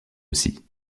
aussi